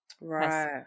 Right